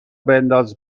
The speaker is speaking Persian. بنداز